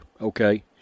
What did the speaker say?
okay